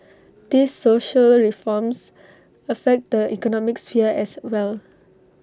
these social reforms affect the economic sphere as well